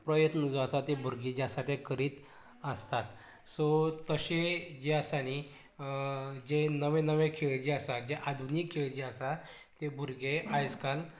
प्रयत्न जो आसा ते भुरगी जे आसा ते करीत आसतात सो तशें जें आसा न्ही जें नवें नवें खेळ जे आसा जे आधुनीक खेळ जे आसा ते भुरगे आयज काल